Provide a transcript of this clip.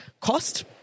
cost –